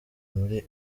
muri